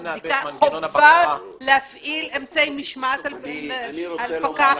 חובה להפעיל אמצעי משמעת על פקח